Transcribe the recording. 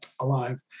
alive